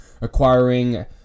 acquiring